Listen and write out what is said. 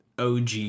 OG